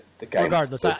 Regardless